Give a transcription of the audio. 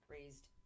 Raised